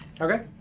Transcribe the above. Okay